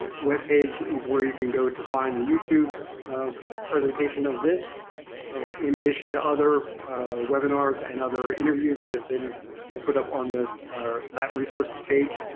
web page is where you can go to find the youtube presentation of this in addition to other webinars and other interviews that have been ah put up on the that resource's page.